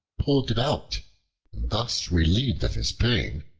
pulled it out thus relieved of his pain,